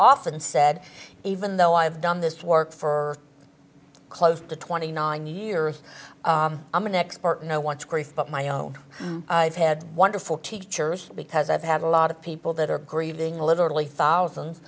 often said even though i've done this work for close to twenty nine years i'm an expert no one to grief but my own i've had wonderful teachers because i've had a lot of people that are grieving literally thousands